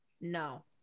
no